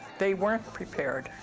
they weren't prepared.